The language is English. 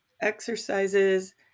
exercises